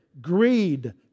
greed